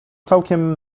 całkiem